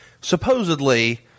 supposedly